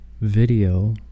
video